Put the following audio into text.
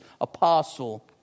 apostle